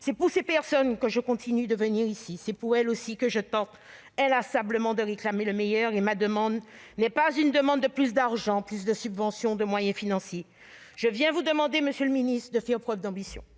C'est pour ces personnes que je continue de venir ici. C'est pour elles aussi que je tente inlassablement de réclamer le meilleur. Et ma demande n'est pas une demande pour plus d'argent, plus de subventions ou plus de moyens financiers. Je viens vous demander, monsieur le ministre, de faire preuve d'ambition.